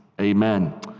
Amen